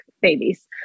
babies